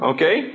Okay